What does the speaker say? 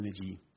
energy